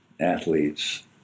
athletes